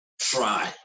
try